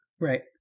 Right